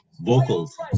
vocals